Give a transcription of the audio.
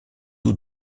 eaux